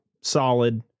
solid